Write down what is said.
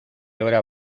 hora